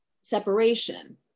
separation